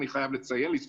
אני חייב לזכותם